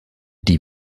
die